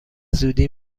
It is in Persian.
زودی